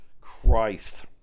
Christ